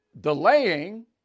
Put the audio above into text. delaying